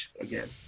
again